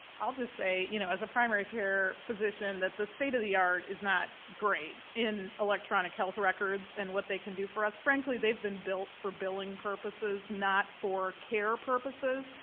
i'll just say you know as a primary care physician, that the state of the art is not great in electronic health records and what they can do for us. frankly, they've been built for billing purposes, not for care purposes.